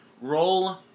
Roll